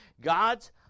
God's